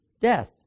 Death